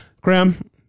Graham